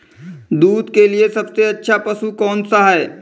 दूध के लिए सबसे अच्छा पशु कौनसा है?